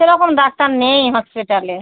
সেরকম ডাক্তার নেই হসপিটালে